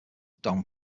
don